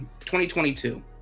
2022